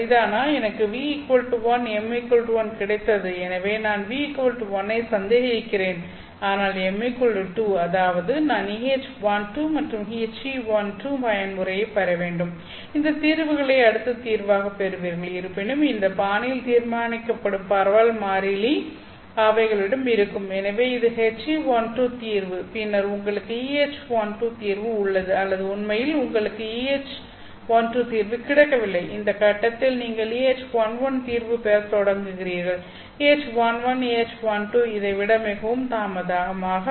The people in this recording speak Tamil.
எனக்கு ν 1 m 1 கிடைத்தது எனவே நான் ν 1 ஐ சந்தேகிக்கிறேன் ஆனால் m 2 அதாவது நான் EH12 மற்றும் HE12 பயன்முறையைப் பெற வேண்டும் இந்த தீர்வுகளை அடுத்த தீர்வாகப் பெறுவீர்கள் இருப்பினும் இந்த பாணியில் தீர்மானிக்கப்படும் பரவல் மாறிலி அவைகளிடம் இருக்கும் எனவே இது HE12 தீர்வு பின்னர் உங்களுக்கும் EH12 தீர்வு உள்ளது அல்லது உண்மையில் உங்களுக்கு EH12 தீர்வு கிடைக்கவில்லை இந்த கட்டத்தில் நீங்கள் EH11 தீர்வு பெறத் தொடங்குகிறீர்கள் EH11 EH12 இதை விட மிகவும் தாமதமாக வரும்